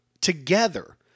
together